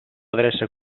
adreça